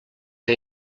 que